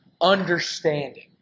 understanding